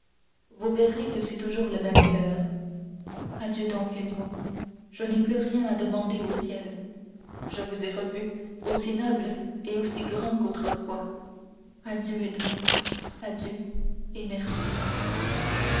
vous verrez que c'est toujours le même coeur adieu donc edmond je n'ai plus rien à demander au ciel je vous ai revu aussi noble et aussi grand qu'autrefois adieu edmond adieu et merci